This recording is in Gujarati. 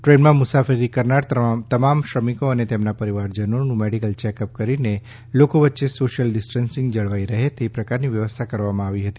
ટ્રેનમાં મુસાફરી કરનાર તમામ શ્રમિકો અને તેના પરિવારજનોનું મેડીકલ ચેકઅપ કરીને લોકો વચ્ચે સોશ્ચિલ ડિસ્ટન્સીંગ જળવાઈ રહે તે પ્રકારની વ્યવસ્થા કરવામાં આવી હતી